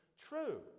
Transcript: true